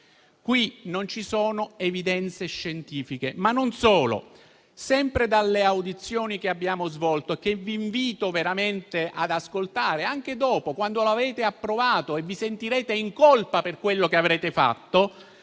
Qui non ci sono evidenze scientifiche, ma non solo. Nel corso delle audizioni che abbiamo svolto - vi invito veramente ad ascoltarle anche dopo, quando avrete approvato il provvedimento e vi sentirete in colpa per quello che avete fatto